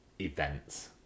events